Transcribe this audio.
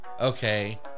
Okay